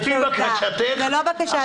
זאת לא בקשה שלי.